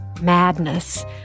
madness